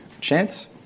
chance